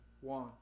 One